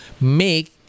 make